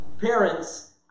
parents